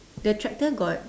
the tractor got